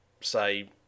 say